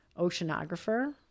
oceanographer